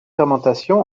fermentation